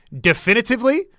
definitively